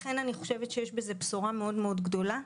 לכן אני חושבת שיש בזה בשורה גדולה מאוד.